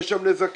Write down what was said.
יש שם נזקים,